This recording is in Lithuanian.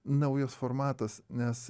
naujas formatas nes